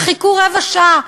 וחיכו רבע שעה,